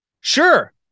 sure